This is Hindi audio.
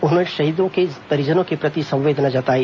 उन्होंने शहीदों के परिजनों के प्रति संवेदना जताई